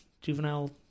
juvenile